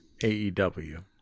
AEW